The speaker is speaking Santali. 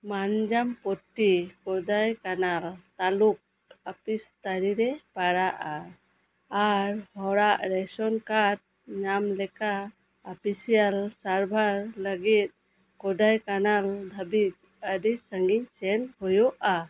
ᱢᱟᱱᱡᱟᱢᱯᱚᱴᱴᱤ ᱠᱳᱰᱟᱭ ᱠᱟᱱᱟᱞ ᱛᱟᱞᱩᱠ ᱚᱯᱷᱤᱥ ᱛᱟᱨᱤᱨᱮ ᱯᱟᱲᱟᱜᱼᱟ ᱟᱨ ᱦᱚᱲᱟᱜ ᱨᱮᱥᱚᱱ ᱠᱟᱨᱰ ᱧᱟᱢ ᱞᱮᱠᱟ ᱚᱯᱷᱤᱥᱤᱭᱟᱞ ᱥᱟᱨᱵᱷᱟᱨ ᱞᱟᱹᱜᱤᱫ ᱠᱳᱰᱟᱭ ᱠᱟᱱᱟᱞ ᱫᱷᱟᱹᱵᱤᱡ ᱟᱹᱰᱤ ᱥᱟᱺᱜᱤᱧ ᱥᱮᱱ ᱦᱳᱭᱳᱜᱼᱟ